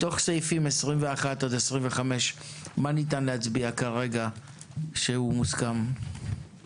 מתוך סעיפים 21 עד 25, מה מוסכם